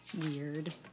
weird